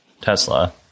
Tesla